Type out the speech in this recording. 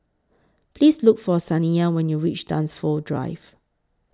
Please Look For Saniyah when YOU REACH Dunsfold Drive